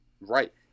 Right